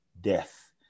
death